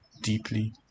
deeply